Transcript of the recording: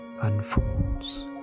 unfolds